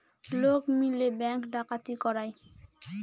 লোক মিলে ব্যাঙ্ক ডাকাতি করায়